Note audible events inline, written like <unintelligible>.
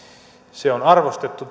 se on arvostettu <unintelligible>